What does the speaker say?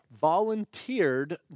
volunteered